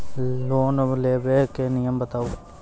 Loan लेबे के नियम बताबू?